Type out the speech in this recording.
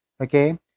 okay